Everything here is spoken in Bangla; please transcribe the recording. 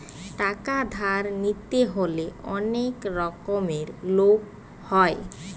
টাকা ধার নিতে হলে অনেক রকমের লোক হয়